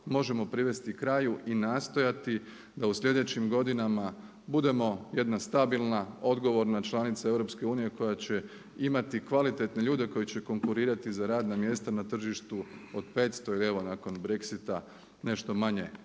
možemo privesti kraju i nastojati da u slijedećim godinama budemo jedna stabilna, odgovorna članica EU koja će imati kvalitetne ljude koji je konkurirati za radna mjesta na tržištu od 500 ili evo nakon Brexita nešto manje